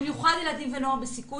במיוחד ילדים ונוער בסיכון,